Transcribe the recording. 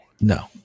no